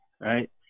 Right